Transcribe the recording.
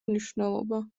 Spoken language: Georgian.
მნიშვნელობა